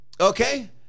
Okay